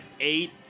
eight